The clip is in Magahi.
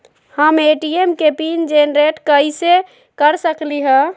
हम ए.टी.एम के पिन जेनेरेट कईसे कर सकली ह?